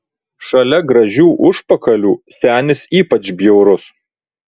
šalia gražių užpakalių senis ypač bjaurus